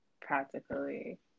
practically